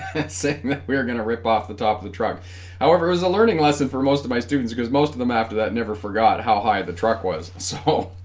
that's sick we were gonna rip off the top of the truck however it was a learning lesson for most of my students because most of them after that never forgot how high the truck was so